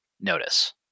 notice